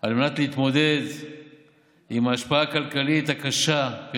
על מנת להתמודד עם ההשפעה הכלכלית הקשה של